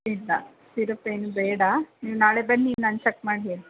ಇಲ್ಲ ಸಿರಪ್ ಏನೂ ಬೇಡ ನೀವು ನಾಳೆ ಬನ್ನಿ ನಾನು ಚಕ್ ಮಾಡಿ ಹೇಳ್ತೀನಿ